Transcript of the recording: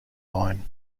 line